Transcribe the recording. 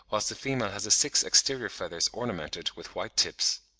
whilst the female has the six exterior feathers ornamented with white tips.